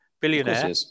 Billionaire